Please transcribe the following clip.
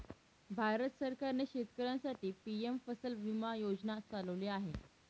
भारत सरकारने शेतकऱ्यांसाठी पी.एम फसल विमा योजना चालवली आहे